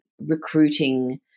recruiting